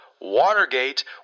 Watergate